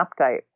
update